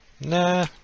Nah